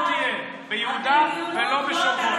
פלסטין לא תהיה ביהודה ולא בשומרון.